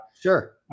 Sure